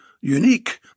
unique